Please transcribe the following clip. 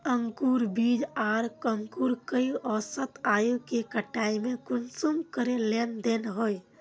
अंकूर बीज आर अंकूर कई औसत आयु के कटाई में कुंसम करे लेन देन होए?